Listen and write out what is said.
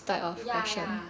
ya ya